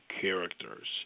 characters